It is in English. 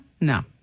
No